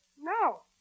No